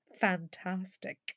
fantastic